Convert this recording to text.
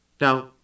Now